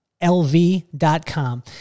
lv.com